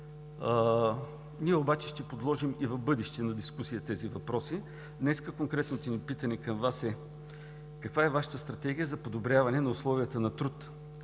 Ние обаче ще подложим и в бъдеще на дискусия тези въпроси. Днес конкретното ни питане към Вас е: каква е Вашата стратегия за подобряване на условията на труд